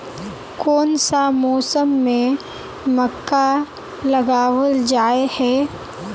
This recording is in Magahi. कोन सा मौसम में मक्का लगावल जाय है?